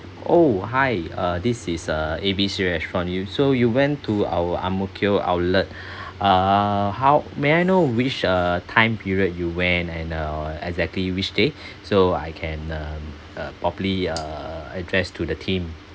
oh hi uh this is uh A B C restaurant you so you went to our Ang Mo Kio outlet uh how may I know which uh time period you went and uh exactly which day so I can um uh properly uh addressed to the team